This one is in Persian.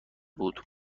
بود